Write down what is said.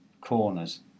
corners